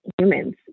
humans